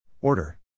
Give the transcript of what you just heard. Order